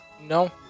No